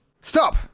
Stop